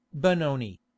benoni